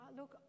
look